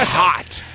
hot.